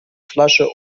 flasche